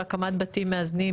שותפה למהלך של הקמת בתים מאזנים,